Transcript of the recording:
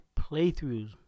playthroughs